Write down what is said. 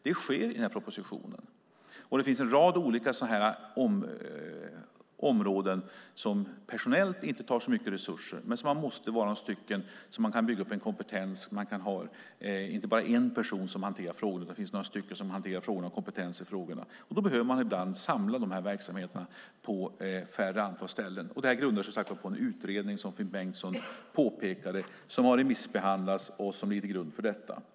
Det sker i den här propositionen, och det finns en rad olika områden som personellt inte tar så mycket resurser, men där man måste vara några stycken, så att man kan bygga upp en kompetens och ha inte bara en person utan några stycken som hanterar frågorna och har kompetens. Då behöver man ibland samla verksamheterna på ett mindre antal ställen. Det grundar sig som Finn Bengtsson påpekade på en utredning som har remissbehandlats.